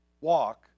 walk